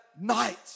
night